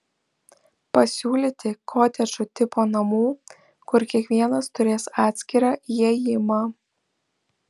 pasiūlyti kotedžų tipo namų kur kiekvienas turės atskirą įėjimą